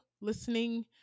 listening